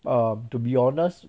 um to be honest